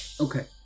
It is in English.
Okay